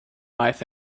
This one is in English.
life